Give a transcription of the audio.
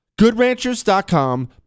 GoodRanchers.com